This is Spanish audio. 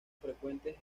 frecuentes